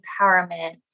empowerment